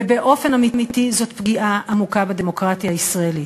ובאופן אמיתי זאת פגיעה עמוקה בדמוקרטיה הישראלית.